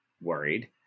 worried